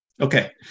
Okay